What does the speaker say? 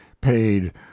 paid